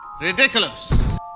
Ridiculous